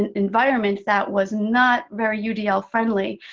and environments that was not very udl friendly,